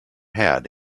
had